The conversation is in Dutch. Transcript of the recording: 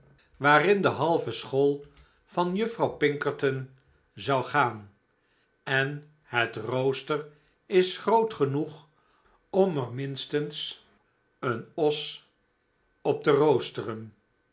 waarin de halve school van juffrouw pinkerton zou gaan en het rooster is groot genoeg om er minstens een os op te roosteren